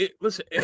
listen